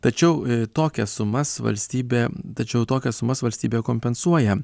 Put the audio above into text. tačiau tokias sumas valstybė tačiau tokias sumas valstybė kompensuoja